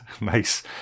Nice